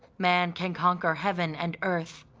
man can conquer heaven and earth,